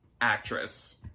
actress